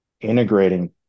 integrating